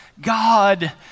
God